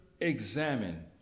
examine